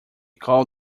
call